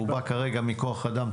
הוא בר כרגע מכוח אדם,